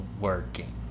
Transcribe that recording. working